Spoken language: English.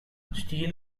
steele